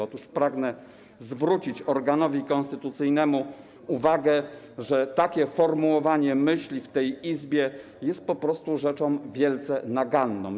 Otóż pragnę zwrócić organowi konstytucyjnemu uwagę, że takie formułowanie myśli w tej Izbie jest po prostu rzeczą wielce naganną.